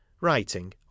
writing